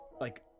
like-